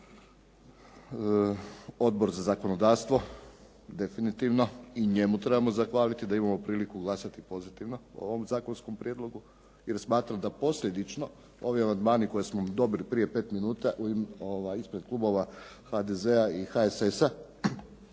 Odbor za zakonodavstvo definitivno, i njemu trebamo zahvaliti da imamo priliku glasati pozitivno o ovom zakonskom prijedlogu, jer smatram da posljedično ovi amandmani koje smo dobili prije pet minuta ispred klubova HDZ-a i HSS-a